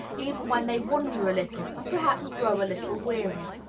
even when they wonder a little, and perhaps grow a little weary.